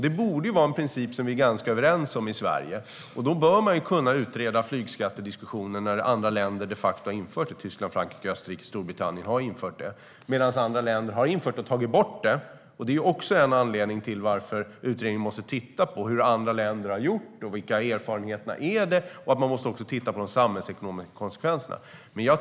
Det borde vara en princip som vi är ganska överens om i Sverige. Då bör man kunna utreda flygskattediskussionen när andra länder, Tyskland, Frankrike, Österrike och Storbritannien, de facto har infört flygskatt. Andra länder har infört och sedan tagit bort den. Det är också en anledning till att utredningen måste titta på hur andra länder har gjort och vilka erfarenheterna är. Man måste även titta på de samhällsekonomiska konsekvenserna.